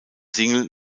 single